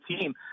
team